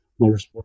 Motorsport